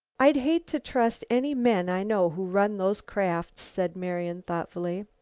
i'd hate to trust any men i know who run those crafts, said marian thoughtfully.